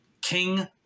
king